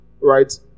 Right